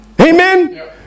Amen